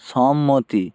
সম্মতি